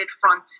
front